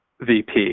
VP